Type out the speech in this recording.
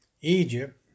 Egypt